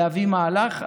להביא מהלך.